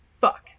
fuck